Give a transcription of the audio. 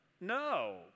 No